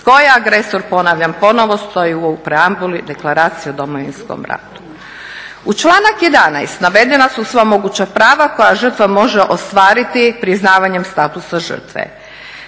Tko je agresor, ponavljam ponovo, stoji u … deklaracije o Domovinskom ratu. U članak 11. navedena su sva moguća prava koja žrtva može ostvariti priznavanjem statusa žrtve.